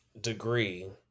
degree